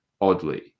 oddly